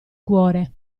cuore